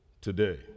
today